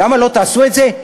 למה לא תעשו את זה?